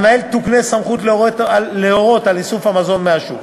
למנהל תוקנה סמכות להורות על איסוף המזון מהשוק,